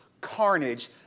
carnage